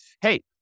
hey